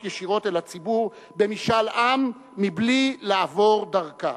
ישירות אל הציבור במשאל עם מבלי לעבור דרכה.